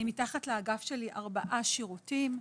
מתחת לאגף שלי ארבעה שירותים.